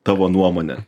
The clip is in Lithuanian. tavo nuomone